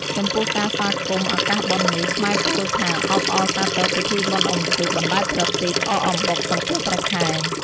ចំពោះការស្វាគមន៍ឱកាសបុណ្យនេះ ខ្មែរពោលថា អបអរសាទរពិធីបុណ្យអ៊ុំទូក បណ្ដែតប្រទីប អកអំបុក សំពះព្រះខែ។